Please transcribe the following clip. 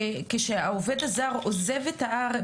שכשהעובד הזר עוזב את הארץ,